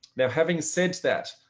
now, having said that,